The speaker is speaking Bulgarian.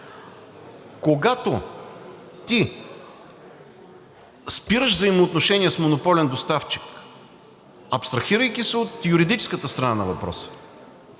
Когато ти спираш взаимоотношения с монополен доставчик, абстрахирайки се от юридическата страна на въпроса,